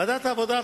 ועדת העבודה,